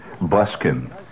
buskin